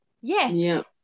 Yes